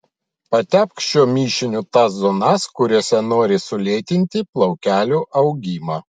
patepk šiuo mišiniu tas zonas kuriose nori sulėtinti plaukelių augimą